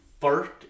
first